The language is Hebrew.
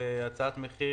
הצעת מחיר